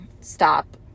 stop